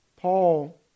Paul